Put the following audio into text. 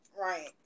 Right